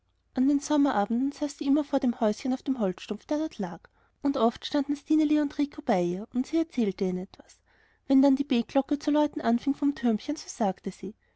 an den sommerabenden saß sie immer vor dem häuschen auf dem holzstumpf der da lag und oft standen stineli und rico bei ihr und sie erzählte ihnen etwas wenn dann die betglocke zu läuten anfing vom türmchen so sagte sie